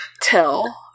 tell